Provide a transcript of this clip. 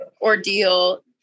ordeal